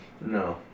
No